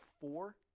four